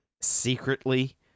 secretly